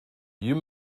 you